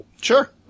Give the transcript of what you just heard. Sure